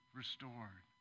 restored